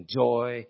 joy